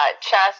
chest